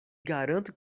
garanto